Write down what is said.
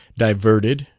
diverted,